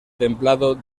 templado